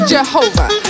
Jehovah